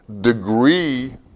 degree